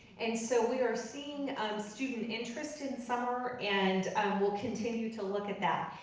and so we are seeing um student interest in summer and we'll continue to look at that.